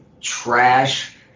trash